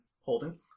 holding